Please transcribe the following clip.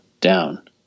down